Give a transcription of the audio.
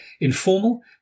informal